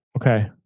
Okay